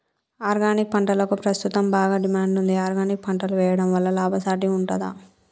Organic పంటలకు ప్రస్తుతం బాగా డిమాండ్ ఉంది ఆర్గానిక్ పంటలు వేయడం వల్ల లాభసాటి ఉంటుందా?